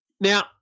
Now